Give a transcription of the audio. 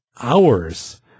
hours